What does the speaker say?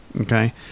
Okay